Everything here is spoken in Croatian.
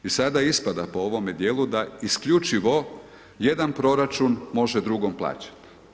I sada ispada, po ovome dijelu da isključivo jedan proračun može drugom plaćati.